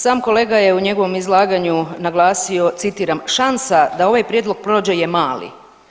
Sam kolega je u njegovom izlaganju naglasio, citiram: „Šansa da ovaj prijedlog prođe je mali“